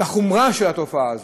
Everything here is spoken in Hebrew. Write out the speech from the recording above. על החומרה של התופעה הזאת.